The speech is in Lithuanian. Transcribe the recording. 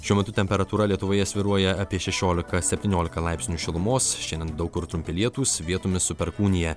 šiuo metu temperatūra lietuvoje svyruoja apie šešiolika septyniolika laipsnių šilumos šiandien daug kur trumpi lietūs vietomis su perkūnija